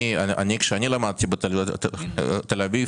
כשאני למדתי בתל אביב